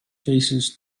faces